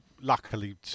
luckily